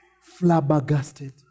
flabbergasted